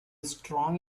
strong